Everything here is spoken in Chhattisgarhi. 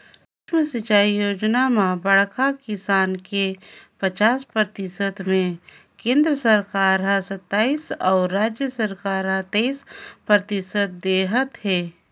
सुक्ष्म सिंचई योजना म बड़खा किसान के पचास परतिसत मे केन्द्र सरकार हर सत्तइस अउ राज सरकार हर तेइस परतिसत देहत है